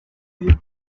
diot